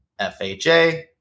FHA